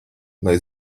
lai